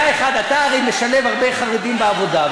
אתה הרי משלב הרבה חרדים בעבודה,